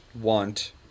want